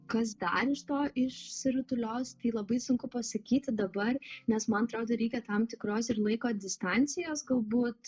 kas dar iš to išsirutulios tai labai sunku pasakyti dabar nes man atrodo reikia tam tikros ir laiko distancijos galbūt